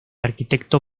arquitecto